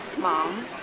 Mom